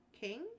King